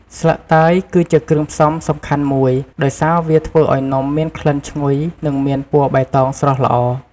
ស្លឹកតើយគឺជាគ្រឿងផ្សំសំខាន់មួយ ដោយសារវាធ្វើឱ្យនំមានក្លិនឈ្ងុយ និងមានពណ៌បៃតងស្រស់ល្អ។